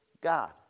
God